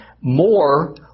more